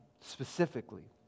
specifically